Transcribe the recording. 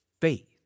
faith